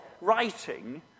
writing